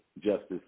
justice